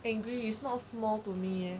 angry is not small to me eh